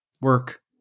work